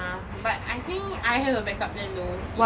ya but I think I have a back up plan though